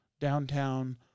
downtown